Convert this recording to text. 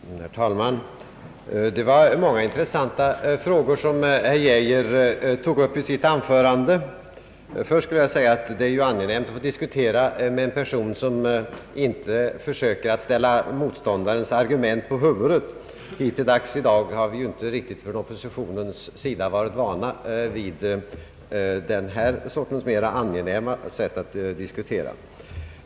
Herr talman! Det var många intressanta frågor som herr Geijer tog upp i sitt anförande. Först skulle jag vilja säga att det är angenämt att få diskutera med en person som inte försöker ställa motståndarens argument på huvudet. Hittills i dag har vi från oppositionens sida inte varit vana vid detta mera angenäma sätt att diskutera.